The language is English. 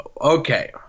Okay